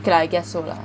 okay I guess so lah